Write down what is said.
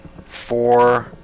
four